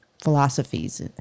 philosophies